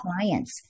clients